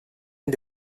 and